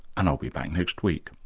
and i'll be back next week